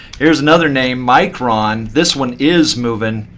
here's another name, micron. this one is moving.